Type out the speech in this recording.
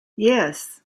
yes